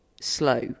slow